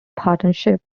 partnership